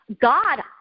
God